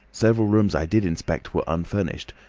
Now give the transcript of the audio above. several rooms i did inspect were unfurnished,